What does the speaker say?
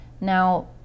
now